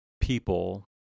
people